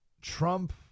Trump